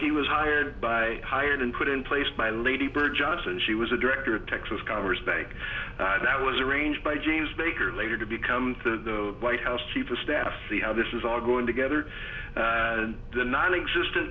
he was hired by hired and put in place by lady bird johnson she was a director texas covers bank that was arranged by james baker later to become the white house chief of staff to see how this is all going together and the nonexistent